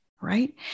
right